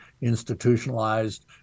institutionalized